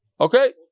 Okay